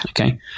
Okay